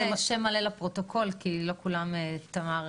שם מלא לפרוטוקול כי לא כולם מכירים.